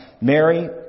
Mary